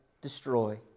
destroy